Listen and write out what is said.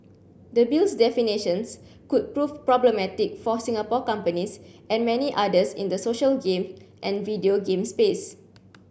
the Bill's definitions could prove problematic for Singapore companies and many others in the social game and video game space